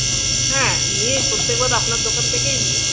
হুম হ্যাঁ নিই প্রত্যেকবার আপনার দোকান থেকেই নিই